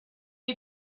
hay